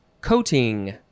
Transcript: coating